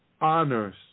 honors